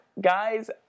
Guys